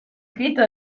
escrito